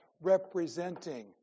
representing